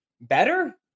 better